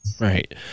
Right